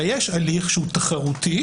אלא יש הליך תחרותי,